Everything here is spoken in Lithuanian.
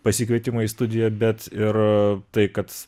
pasikvietimą į studiją bet ir tai kad